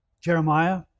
Jeremiah